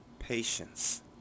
Patience